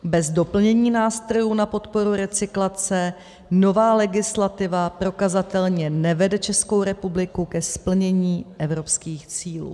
Bez doplnění nástrojů na podporu recyklace nová legislativa prokazatelně nevede Českou republiku ke splnění evropských cílů.